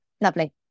Lovely